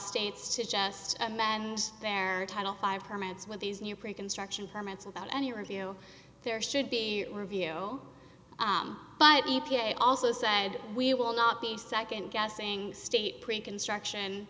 states to just amend their title five permits with these new pre construction permits without any review there should be review but it also said we will not be nd guessing state pre construction